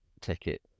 ticket